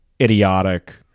idiotic